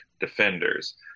defenders